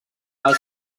pel